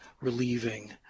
relieving